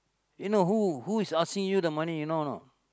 you know who who is asking you the money you know or not